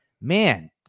man